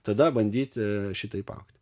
tada bandyti šitaip augti